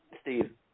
Steve